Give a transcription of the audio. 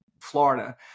Florida